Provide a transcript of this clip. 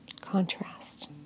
contrast